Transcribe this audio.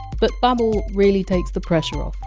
but babbel really takes the pressure off,